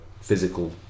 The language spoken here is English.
physical